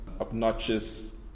obnoxious